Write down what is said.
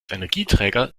energieträger